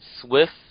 Swift